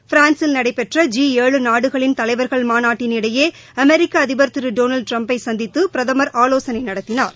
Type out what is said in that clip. பிரான்ஸில் நடைபெற்ற ஜி ஏழு நாடுகளின் தலைவர்கள் மாநாட்டின் இடையே அமெரிக்க அதிபர் திரு டொனால்டு ட்டிரம்பபை சந்தித்து பிரதமர் ஆலோசனை நடத்தினார்